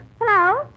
Hello